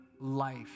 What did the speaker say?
life